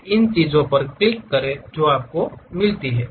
आप उन चीजों पर क्लिक करें जो आपको मिलती हैं